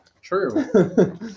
True